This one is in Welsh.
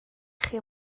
chi